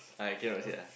I cannot say ah